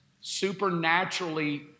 supernaturally